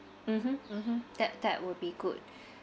mmhmm mmhmm that that would be good